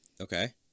Okay